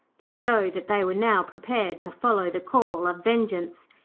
to show that they were now prepared to follow the call of vengeance.